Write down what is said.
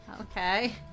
okay